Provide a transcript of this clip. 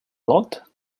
lot